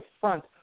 front